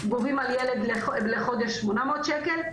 גובים על ילד לחודש 800 שקל.